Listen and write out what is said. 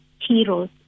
heroes